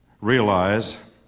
realize